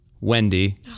Wendy